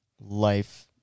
life